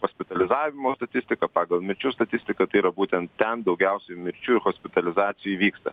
hospitalizavimo statistiką pagal mirčių statistiką tai yra būtent ten daugiausiai mirčių hospitalizacijoj vyksta